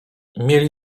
mieli